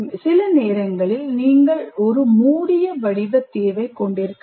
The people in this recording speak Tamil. சில நேரங்களில் நீங்கள் ஒரு மூடிய வடிவ தீர்வைக் கொண்டிருக்கலாம்